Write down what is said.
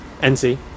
NC